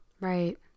Right